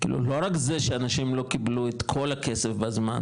כאילו לא רק זה שאנשים לא קיבלו את כל הכסף בזמן,